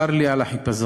צר לי על החיפזון.